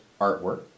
artwork